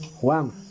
One